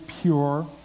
pure